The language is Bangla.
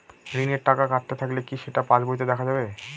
ঋণের টাকা কাটতে থাকলে কি সেটা পাসবইতে দেখা যাবে?